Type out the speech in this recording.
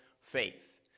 faith